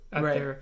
Right